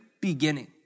beginning